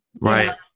right